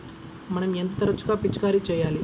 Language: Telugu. మనం ఎంత తరచుగా పిచికారీ చేయాలి?